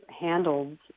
handled